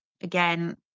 Again